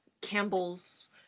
Campbell's